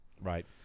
right